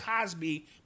Cosby